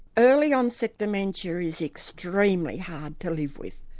early onset dementia is extremely hard to live with,